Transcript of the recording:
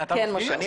כן.